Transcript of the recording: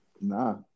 Nah